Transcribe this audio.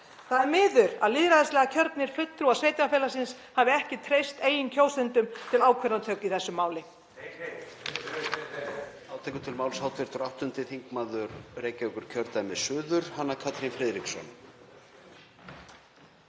Það er miður að lýðræðislega kjörnir fulltrúar sveitarfélagsins hafi ekki treyst eigin kjósendum til ákvarðanatöku í þessu máli.